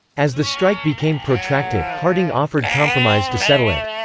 as the strike became protracted, harding offered compromise to settle it.